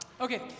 Okay